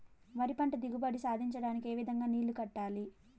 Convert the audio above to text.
వరి పంట దిగుబడి సాధించడానికి, ఏ విధంగా నీళ్లు కట్టాలి?